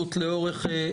יודע.